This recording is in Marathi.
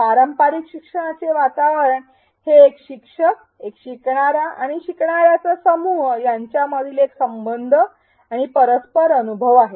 पारंपारिक शिक्षणाचे वातावरण हे एक शिक्षक एक शिकणारा आणि शिकणार्याचा समूह यांच्या मधील एक संबंध आणि परस्पर अनुभव आहे